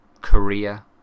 Korea